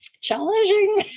Challenging